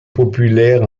populaire